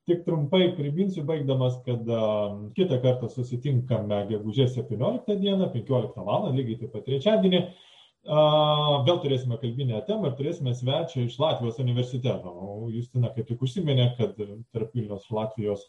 tik trumpai priminsiu baigdamas kad kitą kartą susitinkame gegužės septynioliktą dieną penkioliktą valandą lygiai taip pat trečiadienį a vėl turėsime kalbinę temą ir turėsime svečią iš latvijos universiteto o justina kaip tik užsiminė kad tarp vilniaus ir latvijos